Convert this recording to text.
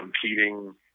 competing